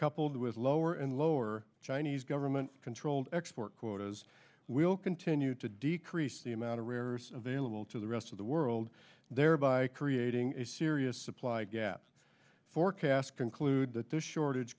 coupled with lower and lower chinese government controlled export quotas will continue to decrease the amount of rare earths available to the rest of the world thereby creating a serious supply gaps forecasts conclude that the shortage